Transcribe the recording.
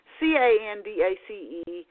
C-A-N-D-A-C-E